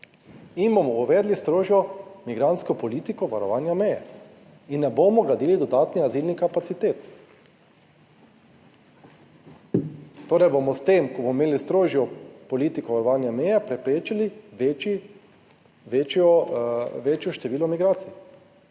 in bomo uvedli strožjo migrantsko politiko varovanja meje in ne bomo gradili dodatnih azilnih kapacitet. Torej, bomo s tem, ko bomo imeli strožjo politiko varovanja meje, preprečili večje število migracij,